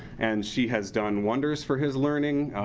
and she has done wonders for his learning.